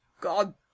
god